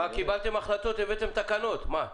קיבלתם החלטות והבאתם תקנות, מה?